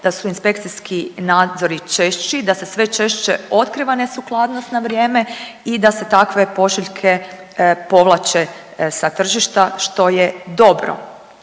da su inspekcijski nadzori češći, da se sve češće otkriva nesukladnost na vrijeme i da se takve pošiljke povlače sa tržišta što je dobro.